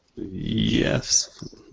yes